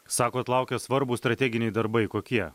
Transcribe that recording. sakot laukia svarbūs strateginiai darbai kokie